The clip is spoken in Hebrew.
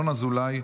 ינון אזולאי,